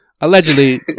Allegedly